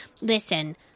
Listen